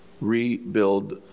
rebuild